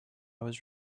was